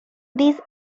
these